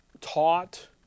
taught